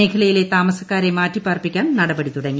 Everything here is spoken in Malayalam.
മേഖലയിലെ താമസക്കാരെ മാറ്റിപ്പാർപ്പിക്കാൻ നടപടി തുടങ്ങി